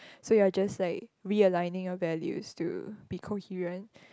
so you are just like realigning your values to be coherent